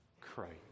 Christ